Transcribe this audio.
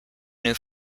new